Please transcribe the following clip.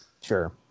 Sure